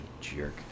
jerk